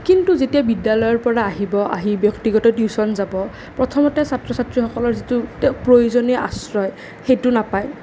কিন্তু যেতিয়া বিদ্যালয়ৰ পৰা আহিব আহি ব্যক্তিগত টিউচন যাব প্ৰথমতে ছাত্ৰ ছাত্ৰীসকলৰ যিটো প্ৰয়োজনীয় আশ্ৰয় সেইটো নাপায়